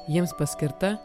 jiems paskirta